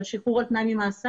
של שחרור על תנאי ממאסר,